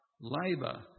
labour